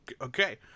Okay